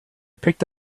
picked